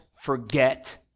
forget